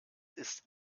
ist